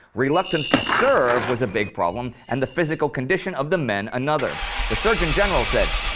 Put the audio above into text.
reluctance to serve was a big problem and the physical condition of the men another. the surgeon general said,